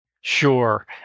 Sure